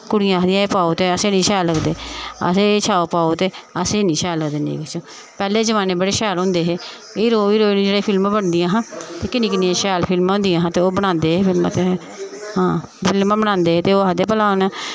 कुड़ियां आखदे एह् पाओ ते असें निं शैल लगदे अस एह् पाओ ते असेंगी निं शैल लगदे नेईं किश पैह्ले जमान्ने बड़े शैल होंदे हे हीरो हीरोइन जेह्ड़ी फिल्मां बनदियां हां ते किन्नी किन्नियां शैल फिल्मां होंदियां हां ते ओह् बनांदे हे फिल्मां ते ओह् फिल्मां बनांदे हे ते आखदे हे भला उ'नें